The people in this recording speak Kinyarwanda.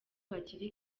hakiri